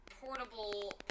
portable